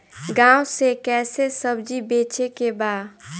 गांव से कैसे सब्जी बेचे के बा?